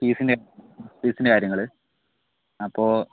ഫീസിൻ്റെ ഫീസിൻ്റെ കാര്യങ്ങൾ അപ്പോൾ